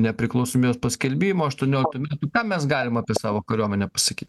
nepriklausomybės paskelbimo aštuonioliktų metų ką mes galim apie savo kariuomenę pasaky